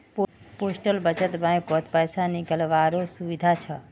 postal बचत बैंकत पैसा निकालावारो सुविधा हछ